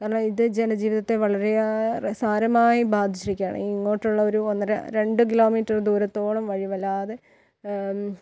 കാരണം ഇതു ജനജീവിതത്തെ വളരെയേറെ സാരമായി ബാധിച്ചിരിക്കുകയാണ് ഇങ്ങോട്ടുള്ളൊരു ഒന്നര രണ്ട് കിലോ മീറ്റർ ദൂരത്തോളം വഴി വല്ലാതെ